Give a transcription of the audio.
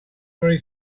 very